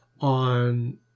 on